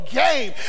game